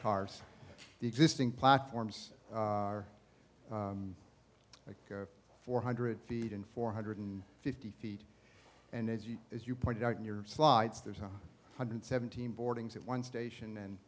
cars the existing platforms are like four hundred feet and four hundred and fifty feet and as you as you pointed out in your slides there's one hundred seventeen boardings at one station and